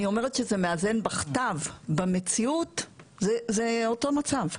אני אומרת שזה מאזן בכתב אבל במציאות זה אותו מצב.